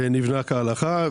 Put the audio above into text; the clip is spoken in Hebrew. נבנה כהלכה.